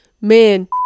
Man